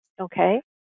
okay